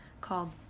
called